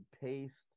paste